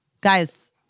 guys